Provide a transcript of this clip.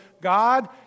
God